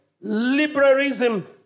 liberalism